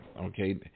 Okay